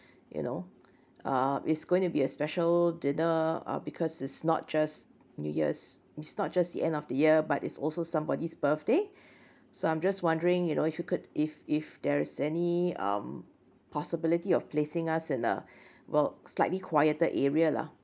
you know uh it's going to be a special dinner uh because it's not just new year's it's not just the end of the year but it's also somebody's birthday so I'm just wondering you know if you could if if there is any um possibility of placing us in the well slightly quieter area lah